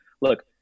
Look